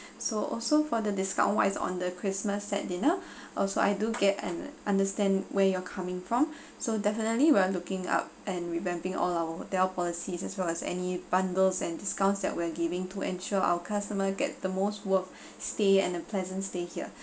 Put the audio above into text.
so also for the discount wise on the christmas set dinner also I do get and understand where you're coming from so definitely we're looking up and ramping all our hotel policies as well as any bundles and discounts that we're giving to ensure our customer get the most worth stay and a pleasant stay here